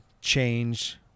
change